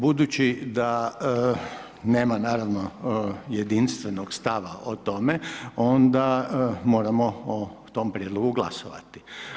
Budući da nema naravno jedinstvenog stava o tome, onda moramo o tome prijedlogu glasovati.